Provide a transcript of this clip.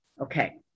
Okay